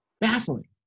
Baffling